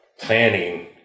planning